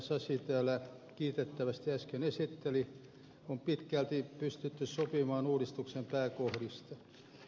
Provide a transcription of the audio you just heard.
sasi täällä kiitettävästi äsken esitteli on pitkälti pystytty sopimaan uudistuksen pääkohdista